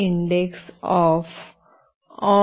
index of buffer